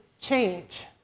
change